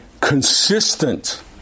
consistent